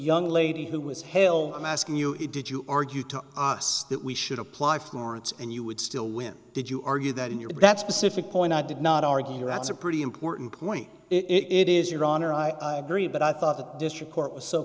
young lady who was hale i'm asking you did you argue to us that we should apply florence and you would still win did you argue that in your that specific point i did not argue that's a pretty important point it is your honor i agree but i thought the district court was so